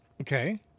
Okay